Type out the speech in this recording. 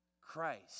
Christ